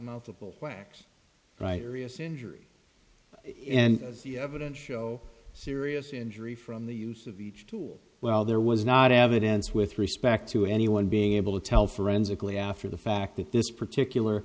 multiple whacks right areas injury and the evidence show serious injury from the use of each tool well there was not evidence with respect to anyone being able to tell forensically after the fact that this particular